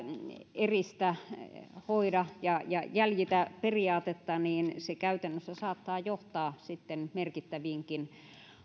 eristä hoida ja ja jäljitä periaatetta niin se käytännössä saattaa johtaa sitten merkittäviinkin